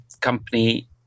company